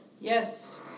yes